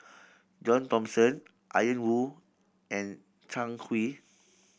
John Thomson Ian Woo and Zhang Hui